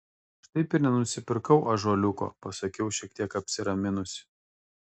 aš taip ir nenusipirkau ąžuoliuko pasakiau šiek tiek apsiraminusi